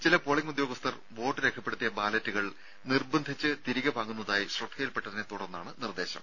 ചില പോളിംഗ് ഉദ്യോഗസ്ഥർ വോട്ട് രേഖപ്പെടുത്തിയ ബാലറ്റുകൾ നിർബന്ധിച്ച് തിരികെ വാങ്ങുന്നതായി ശ്രദ്ധയിൽപെട്ടതിനെ തുടർന്നാണ് നിർദ്ദേശം